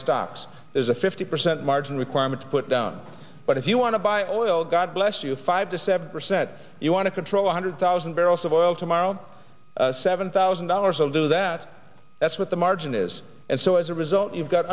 stocks there's a fifty percent margin requirement to put down but if you want to buy oil god bless you five to seven percent you want to control one hundred thousand barrels of oil tomorrow seven thousand dollars will do that that's what the margin is and so as a result you've got